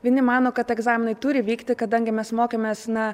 vieni mano kad egzaminai turi vykti kadangi mes mokėmės na